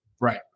Right